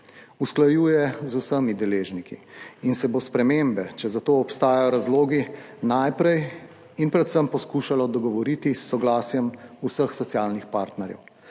usklajuje z vsemi deležniki in se bo o spremembah, če za to obstajajo razlogi, najprej in predvsem poskušalo dogovoriti s soglasjem vseh socialnih partnerjev.